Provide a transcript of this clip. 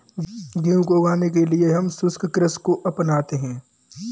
गेहूं को उगाने के लिए हम शुष्क कृषि को अपनाते हैं